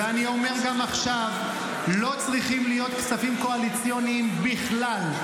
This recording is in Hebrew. ואני אומר גם עכשיו: לא צריכים להיות כספים קואליציוניים בכלל,